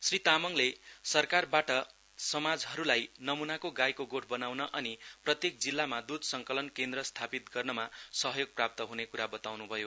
श्री तामाङले सरकारबाट सामाजहरुलाई नमूनाको गाईको गोठ बनाउन अनि प्रत्येक जिल्लामा दूध संचलन केन्द्र स्थापित गर्नमा सहयोग प्राप्त हुने कुरो बताउनु भयो